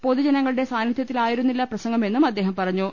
പൊതുജനങ്ങളുടെ സാന്നിധ്യത്തിലായിരുന്നില്ല പ്രസംഗമെന്നും അദ്ദേഹം പറഞ്ഞു